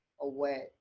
away